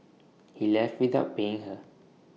he left without paying her